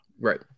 Right